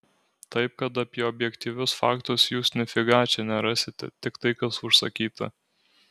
taip kad apie objektyvius faktus jūs nifiga čia nerasite tik tai kas užsakyta